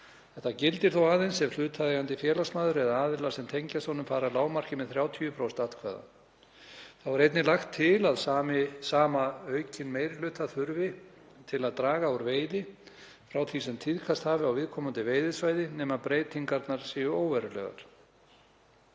Þetta gildir þó aðeins ef hlutaðeigandi félagsmaður eða aðilar sem tengjast honum fara að lágmarki með 30% atkvæða. Þá er einnig lagt til að sama aukinn meiri hluta þurfi til að draga úr veiði frá því sem tíðkast hafi á viðkomandi veiðisvæði nema breytingarnar séu óverulegar.